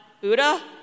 Buddha